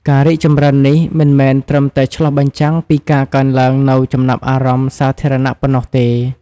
ការរីកចម្រើននេះមិនមែនត្រឹមតែឆ្លុះបញ្ចាំងពីការកើនឡើងនូវចំណាប់អារម្មណ៍សាធារណៈប៉ុណ្ណោះទេ។